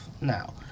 Now